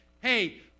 hey